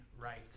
right